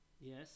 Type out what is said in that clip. yes